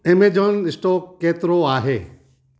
Amazon stock केतिरो आहे